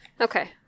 Okay